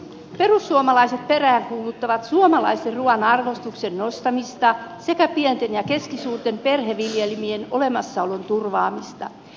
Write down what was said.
perussuomalaiset peräänkuuluttavat suomalaisen ruuan arvostuksen nostamista sekä pienten ja keskisuurten perheviljelmien olemassaolon turvaamista